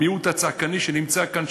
המיעוט הצעקני שנמצא כאן,